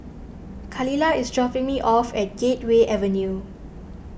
Khalilah is dropping me off at Gateway Avenue